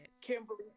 Kimberly